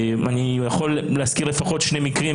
אני יכול להזכיר לפחות שני מקרים.